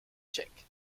tchèque